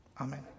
Amen